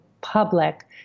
public